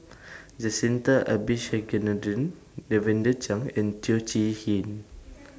Jacintha Abisheganaden Lavender Chang and Teo Chee Hean